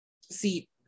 see